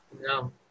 No